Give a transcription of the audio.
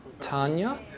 Tanya